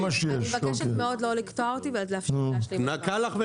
אני מבקשת מאוד לא לקטוע אותי ולאפשר לי להשלים את דברי.